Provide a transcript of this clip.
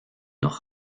noch